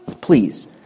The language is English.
please